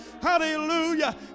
Hallelujah